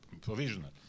provisional